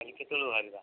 କାଲି କେତେବେଳକୁ ବାହାରିବା